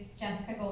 Jessica